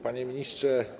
Panie Ministrze!